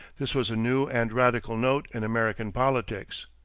this was a new and radical note in american politics.